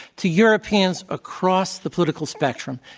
to europeans across the political spectrum,